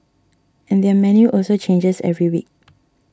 and their menu also changes every week